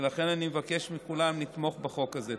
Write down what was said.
ולכן אני מבקש מכולם לתמוך בחוק הזה.